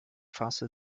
fasse